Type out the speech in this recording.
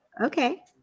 Okay